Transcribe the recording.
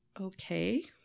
Okay